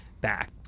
back